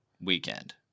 weekend